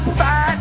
fight